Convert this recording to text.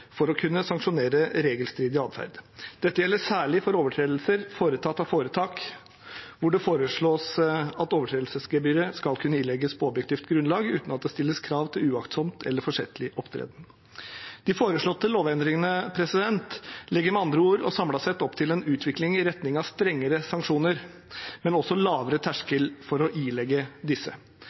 for å kunne sanksjonere regelstridig adferd. Dette gjelder særlig for overtredelser foretatt av foretak, hvor det foreslås at overtredelsesgebyret skal kunne ilegges på objektivt grunnlag uten at det stilles krav til uaktsom eller forsettlig opptreden. De foreslåtte lovendringene legger med andre ord og samlet sett opp til en utvikling i retning av strengere sanksjoner, men også lavere terskel for å ilegge disse.